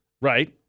Right